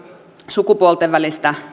sukupuolten välistä